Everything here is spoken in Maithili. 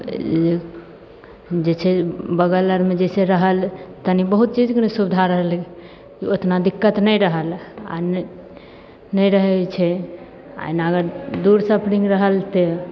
हे लिया जे छै बगल आरमे जे छै रहल तनी बहुत चीजके ने सुविधा रहलइ कि ओतना दिक्कत नहि रहल आओर नहि नहि रहय छै आओर एना अगर दूर सफरिंग रहलसँ